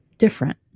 different